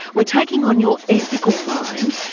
we're taking on your ethical mind,